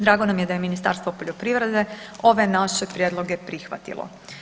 Drago nam je da je Ministarstvo poljoprivrede ove naše prijedloge prihvatilo.